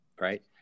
Right